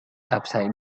upside